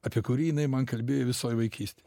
apie kurį jinai man kalbėjo visoj vaikystėj